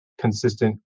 consistent